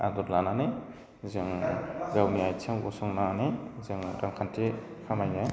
आदर लानानै जोङो गावनि आथिङाव गसंनानै जोङो रांखान्थि खामायनो